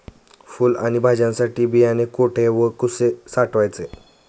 फुले आणि भाज्यांसाठी बियाणे कुठे व कसे साठवायचे?